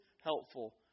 helpful